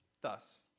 Thus